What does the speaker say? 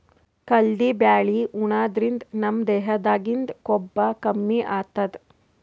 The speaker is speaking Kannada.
ಕಲ್ದಿ ಬ್ಯಾಳಿ ಉಣಾದ್ರಿನ್ದ ನಮ್ ದೇಹದಾಗಿಂದ್ ಕೊಬ್ಬ ಕಮ್ಮಿ ಆತದ್